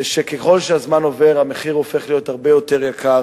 היא שככל שהזמן עובר המחיר הופך להיות הרבה יותר יקר